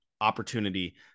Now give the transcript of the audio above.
opportunity